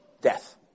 death